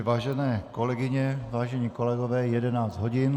Vážené kolegyně, vážení kolegové, je 11 hodin.